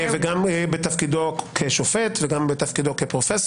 גם בתפקידו כשופט וגם כפרופ'.